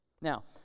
Now